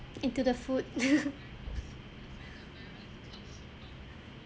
into the food